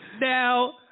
now